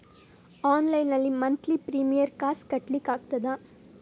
Online ನಲ್ಲಿ monthly premier ಕಾಸ್ ಕಟ್ಲಿಕ್ಕೆ ಆಗ್ತದಾ?